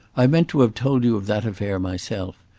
i meant to have told you of that affair myself.